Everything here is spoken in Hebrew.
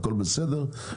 הכול בסדר,